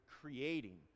creating